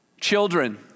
Children